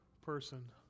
person